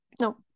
No